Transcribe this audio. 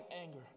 anger